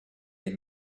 est